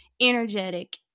energetic